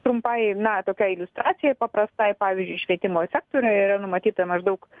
trumpai na tokiai iliustracijai paprastai pavyzdžiui švietimo sektoriuje yra numatyta maždaug